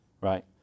right